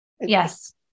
Yes